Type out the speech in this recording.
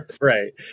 Right